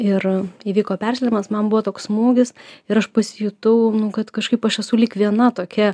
ir įvyko persileidimas man buvo toks smūgis ir aš pasijutau kad kažkaip aš esu lyg viena tokia